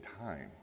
time